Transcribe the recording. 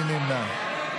מי נמנע?